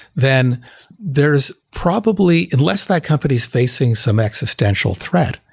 then there's probably unless that company is facing some existential threat,